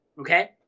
Okay